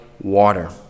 water